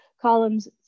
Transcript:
Columns